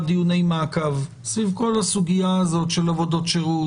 דיוני מעקב סביב כל הסוגייה הזאת של עבודות שירות,